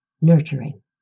nurturing